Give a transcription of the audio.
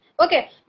Okay